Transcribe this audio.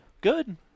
Good